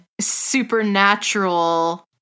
Supernatural